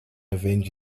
avenge